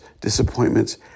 disappointments